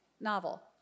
novel